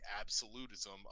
absolutism